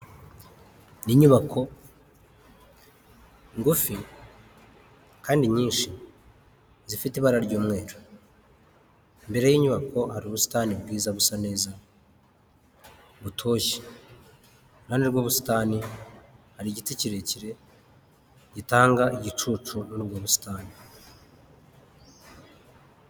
Inyubako ngufi kandi nyinshi zifite ibara ry'umweru, imbere y'inyubako hari ubusitani bwiza busa neza, butoshye, iruhande rw'ubusitani hari igiti kirekire gitanga igicucu muri ubwo busitani.